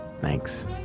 Thanks